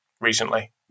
recently